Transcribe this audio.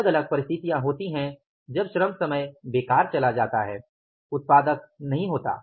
अलग अलग परिस्थितियाँ होती हैं जब श्रम समय बेकार चला जाता है उत्पादक नहीं होता